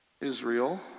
Israel